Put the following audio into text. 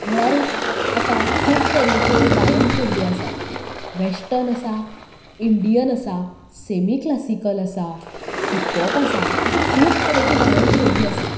म्हळ्यारूच आतां खूब तरेच्यो गायन शैली आसात व्हॅस्टन आसात इंडियन आसात सेमी क्लासीकल आसात हिपॉप आसात अशें खूब तरेचे गायन शैली आसात